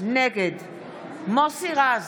נגד מוסי רז,